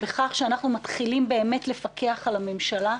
בכך שאנחנו מתחילים לפקח על הממשלה.